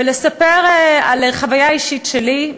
ולספר על חוויה אישית שלי.